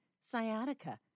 sciatica